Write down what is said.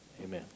Amen